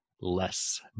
less